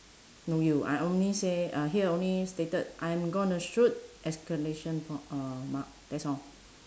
no you I only say uh here only stated I'm going to shoot exclamation uh mark that's all